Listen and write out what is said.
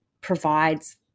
provides